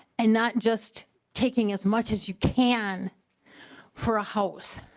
and not just taking as much as you can for a house